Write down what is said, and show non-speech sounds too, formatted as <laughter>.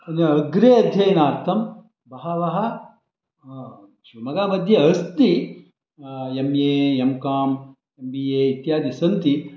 <unintelligible> अग्रे अध्ययनार्थं बहवः शिमोग्गामध्ये अस्ति M A M com M B A इत्यादि सन्ति